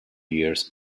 years